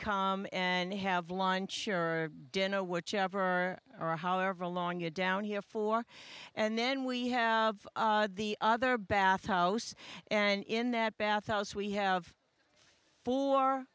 come and have lunch your dinner whichever or however long you down here for and then we have the other bath house and in that bathhouse we have for